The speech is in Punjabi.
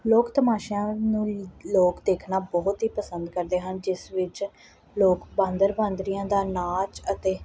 ਲੋਕ ਤਮਾਸ਼ਿਆਂ ਨੂੰ ਲੋਕ ਦੇਖਣਾ ਬਹੁਤ ਹੀ ਪਸੰਦ ਕਰਦੇ ਹਨ ਜਿਸ ਵਿੱਚ ਲੋਕ ਬਾਂਦਰ ਬਾਂਦਰੀਆਂ ਦਾ ਨਾਚ ਅਤੇ